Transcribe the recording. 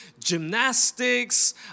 gymnastics